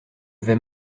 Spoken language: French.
vais